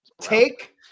Take